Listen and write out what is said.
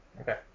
Okay